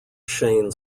shane